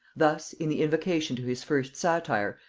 thus, in the invocation to his first satire,